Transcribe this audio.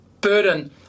burden